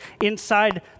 inside